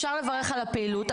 אפשר לברך על הפעילות,